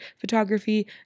photography